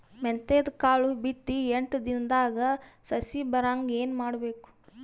ಮೆಂತ್ಯದ ಕಾಳು ಬಿತ್ತಿ ಎಂಟು ದಿನದಾಗ ಸಸಿ ಬರಹಂಗ ಏನ ಮಾಡಬೇಕು?